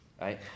right